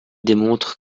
démontre